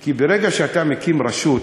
כי ברגע שאתה מקים רשות,